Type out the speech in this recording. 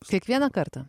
kiekvieną kartą